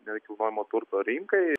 nekilnojamo turto rinkai